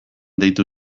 deitu